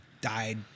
died